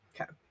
Okay